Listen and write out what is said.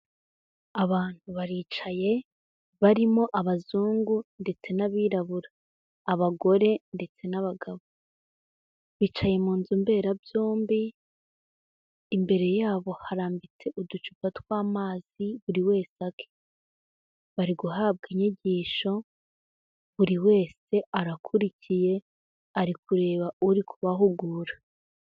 Abantu baricaye barimo abazungu ndetse n'abirabura, abagore ndetse n'abagabo, bicaye mu nzu mberabyombi, imbere yabo harambitse uducupa tw'amazi buri wese ake, bari guhabwa inyigisho buri wese arakurikiye ari kureba uri kubahugura.